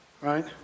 Right